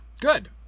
Good